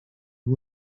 you